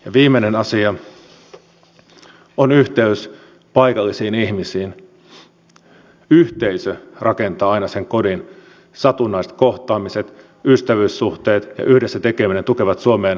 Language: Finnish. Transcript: tässä yhteydessä on välttämätöntä pystyä löytämään turvapaikanhakijoiden joukosta perustellusti ne oikean avun tarpeessa olevat henkilöt ja lähettää elintasosurffarit takaisin kotimatkalle mahdollisimman pikaisesti